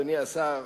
אדוני השר,